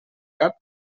cap